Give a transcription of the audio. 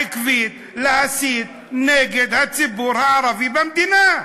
העקבית, להסית נגד הציבור הערבי במדינה.